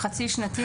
המכינות.